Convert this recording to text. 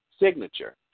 signature